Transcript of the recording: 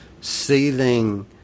seething